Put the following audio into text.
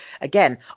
again